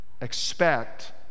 Expect